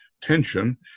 tension